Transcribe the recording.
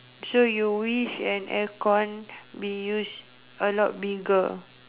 so you wish an aircon be used a lot bigger